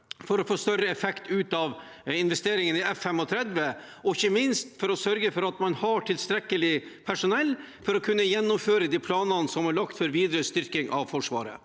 for å få større effekt ut av investeringene i F-35, og ikke minst for å sørge for at man har tilstrekkelig personell for å kunne gjennomføre de planene som er lagt for videre styrking av Forsvaret.